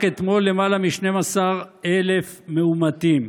רק אתמול, למעלה מ-12,000 מאומתים.